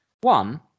One